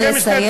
נא לסיים.